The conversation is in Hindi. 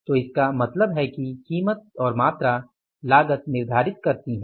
तो इसका मतलब है कि कीमत और मात्रा लागत निर्धारित करती है